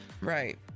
Right